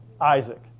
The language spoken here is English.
Isaac